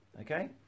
okay